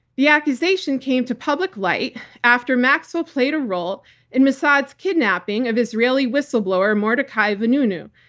the accusation came to public light after maxwell played a role in mossad's kidnapping of israeli whistleblower mordechai vanunu,